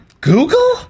Google